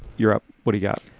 you're up. what do you got?